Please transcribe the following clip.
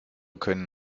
können